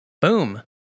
Boom